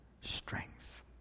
strength